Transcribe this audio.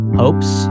hopes